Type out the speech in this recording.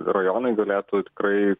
rajonai galėtų tikrai